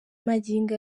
magingo